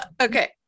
Okay